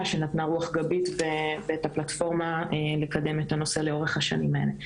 שנתנה רוח גבית ואת הפלטפורמה לקדם את הנושא לאורך השנים האלה.